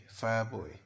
Fireboy